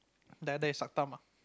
die die suck thumb ah